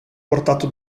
portato